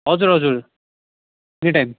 हजुर हजुर any time